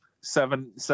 seven